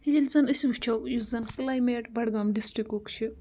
ییٚلہِ زَن أسۍ وٕچھو یُس زَن کٕلایمیٹ بَڈگام ڈِسٹِرکُک چھِ